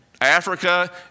Africa